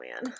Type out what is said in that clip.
man